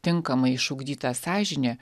tinkamai išugdyta sąžinė